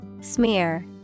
Smear